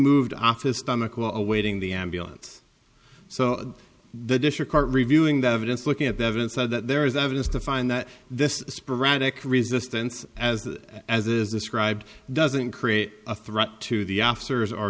moved off his stomach while awaiting the ambulance so the disher car reviewing the evidence looking at the evidence that there is evidence to find that this sporadic resistance as as is described doesn't create a threat to the officers are